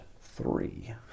three